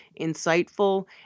insightful